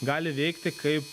gali veikti kaip